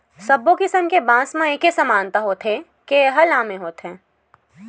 सब्बो किसम के बांस म एके समानता होथे के ए ह लाम होथे